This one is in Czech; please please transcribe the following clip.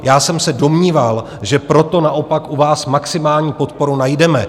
Já jsem se domníval, že proto naopak u vás maximální podporu najdeme.